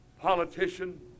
politician